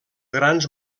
grans